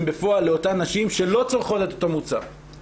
בפועל לאותן נשים שלא צורכות את אותו מוצר.